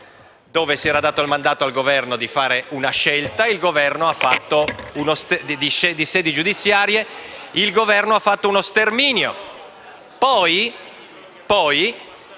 cui sia era dato mandato al Governo di fare una scelta di sedi giudiziarie e il Governo ha fatto uno sterminio.